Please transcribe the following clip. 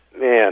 Man